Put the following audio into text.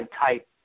type